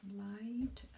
light